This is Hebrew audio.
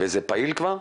וזה פעיל כבר?